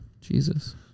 Jesus